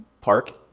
Park